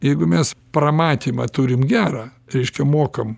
jeigu mes pramatymą turim gerą reiškia mokam